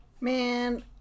man